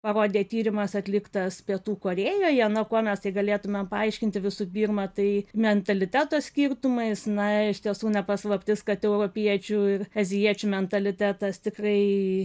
parodė tyrimas atliktas pietų korėjoje na kuo mes galėtumėm paaiškinti visų pirma tai mentaliteto skirtumais na iš tiesų ne paslaptis kad europiečių ir azijiečių mentalitetas tikrai